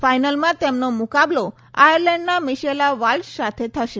ફાઈનલમાં તેમનો મુકાબલો આયર્લેન્ડના મિશેલા વાલ્શ સાથે થશે